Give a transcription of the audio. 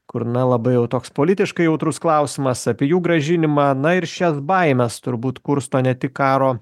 kur na labai jau toks politiškai jautrus klausimas apie jų grąžinimą na ir šias baimes turbūt kursto ne tik karo